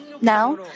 Now